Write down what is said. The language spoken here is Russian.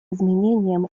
изменениям